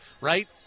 right